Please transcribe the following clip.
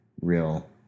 real